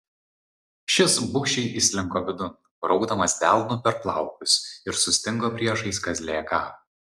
šis bugščiai įslinko vidun braukdamas delnu per plaukus ir sustingo priešais kazlėką